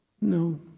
No